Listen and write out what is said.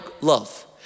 love